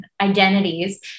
identities